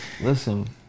Listen